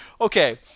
Okay